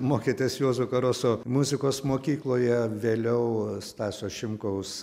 mokėtės juozo karoso muzikos mokykloje vėliau stasio šimkaus